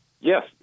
Yes